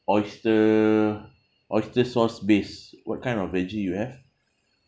oyster oyster sauce base what kind of veggie you have